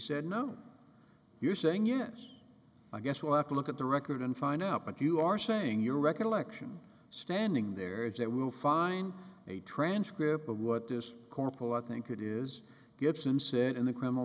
said no you saying yes i guess we'll have to look at the record and find out but you are saying your recollection standing there is that we'll find a transcript of what this corporal i think it is gibson said in the criminal